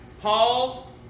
Paul